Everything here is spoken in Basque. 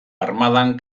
armadan